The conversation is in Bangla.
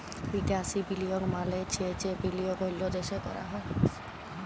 বিদ্যাসি বিলিয়গ মালে চ্ছে যে বিলিয়গ অল্য দ্যাশে ক্যরা হ্যয়